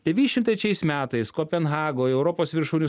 devyniasdešim trečiais metais kopenhagoj europos viršūnių